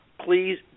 please